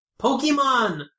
Pokemon